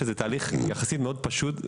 שזה תהליך יחסית מאוד פשוט,